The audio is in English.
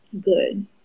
good